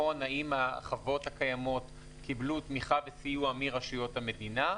לבחון האם החוות הקיימות קיבלו תמיכה וסיוע מרשויות המדינה,